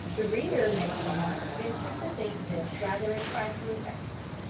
the reader may perhaps venture to think this rather a trifling fact.